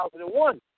2001